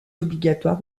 obligatoire